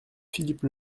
philippe